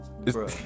Bro